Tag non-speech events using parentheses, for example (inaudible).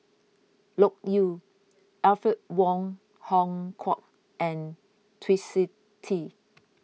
Loke Yew Alfred Wong Hong Kwok and Twisstii (noise)